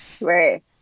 right